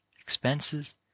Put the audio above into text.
expenses